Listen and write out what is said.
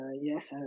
Yes